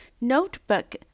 Notebook